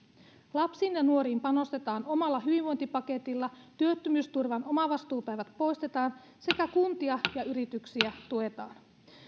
lapsiin ja nuoriin panostetaan omalla hyvinvointipaketilla työttömyysturvan omavastuupäivät poistetaan sekä kuntia ja yrityksiä tuetaan